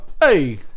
hey